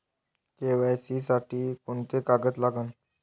KYC साठी कोंते कागद लागन?